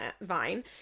Vine